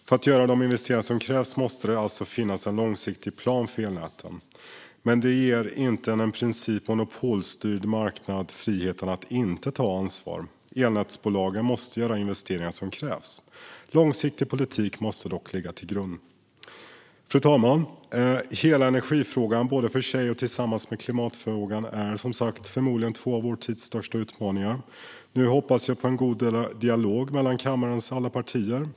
För att göra de investeringar som krävs måste det alltså finnas en långsiktig plan för elnätet. Detta ger dock inte en i princip monopolstyrd marknad friheten att inte ta ansvar. Elnätsbolagen måste göra investeringar som krävs. Långsiktig politik måste dock lägga grunden. Fru talman! Hela energifrågan är tillsammans med klimatfrågan förmodligen två av vår tids största utmaningar. Nu hoppas jag på en god dialog mellan kammarens alla partier.